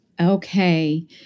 Okay